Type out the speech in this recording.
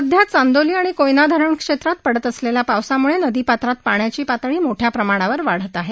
सध्या चांदोली आणि कोयना धरण क्षेत्रात पडत असलेल्या पावसामुळे नदीपात्रात पाण्याची पातळी मोठ्या प्रमाणावर वाढत आहे